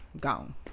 gone